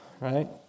right